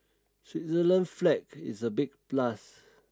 Switzerland flag is a big plus